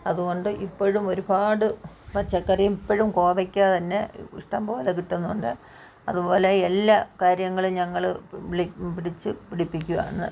അതുകൊണ്ട് ഇപ്പോഴും ഒരുപാട് പച്ചക്കറി ഇപ്പോഴും കോവയ്ക്ക തന്നെ ഇഷ്ടംപോലെ കിട്ടുന്നുണ്ട് അതുപോലെ എല്ലാ കാര്യങ്ങളും ഞങ്ങൾ വിള പിടിച്ചു പിടിപ്പിക്കുകയാണ്